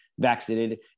vaccinated